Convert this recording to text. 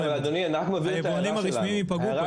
היבואנים הרשמיים ייפגעו.